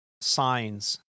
signs